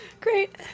great